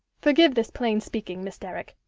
forgive this plain speaking, miss derrick.